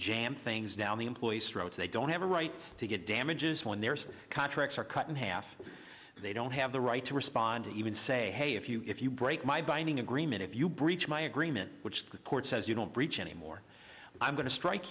jam things down the employee's throats they don't have a right to get damages when their contracts are cut in half and they don't have the right to respond to even say hey if you if you break my binding agreement if you breach my agreed which the court says you don't breach any more i'm going to strike